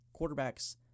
quarterbacks